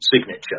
signature